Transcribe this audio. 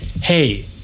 hey